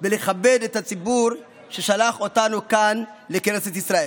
ולכבד את הציבור ששלח אותנו כאן לכנסת ישראל.